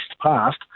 passed